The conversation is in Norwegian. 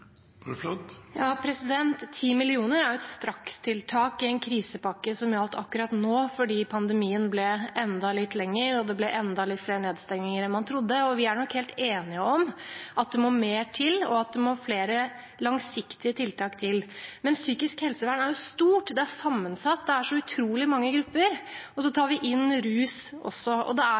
er jo et strakstiltak i en krisepakke som gjaldt akkurat nå, fordi pandemien ble enda litt lengre, og fordi det ble enda litt flere nedstengninger enn man trodde, og vi er nok helt enige om at det må mer til, og at det må flere langsiktige tiltak til. Men psykisk helsevern er jo stort, det er sammensatt, det er så utrolig mange grupper, og så tar vi inn rus også. Det er